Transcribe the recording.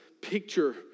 picture